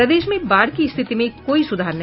प्रदेश में बाढ़ की स्थिति में कोई सुधार नहीं